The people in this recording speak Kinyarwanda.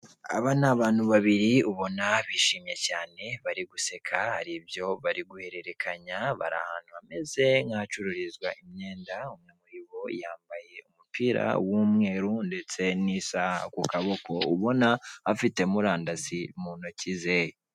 Aba ni abantu babiri ubona bishimye cyane bari guseka, hari ibyo bari guhererekanya; bari ahantu hameze nk'ahacururizwa imyenda, umwe muri bo yambaye umupira w'umweru ndetse n'isaha ku kaboko, ubona afite murandasi mu ntoki ze.